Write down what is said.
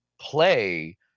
play